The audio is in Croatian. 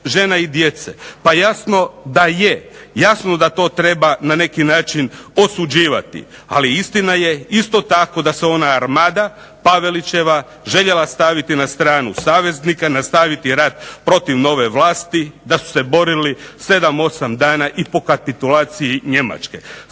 pa jasno da je. Jasno da to treba na neki način osuđivati, ali istina je isto tako da se ona armada Pavelićeva željela staviti na stranu saveznika, nastaviti rat protiv nove vlasti, da su se borili 7, 8 dana i po kapitulaciji Njemačke.